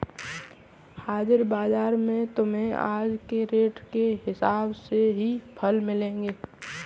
हाजिर बाजार में तुम्हें आज के रेट के हिसाब से ही फल मिलेंगे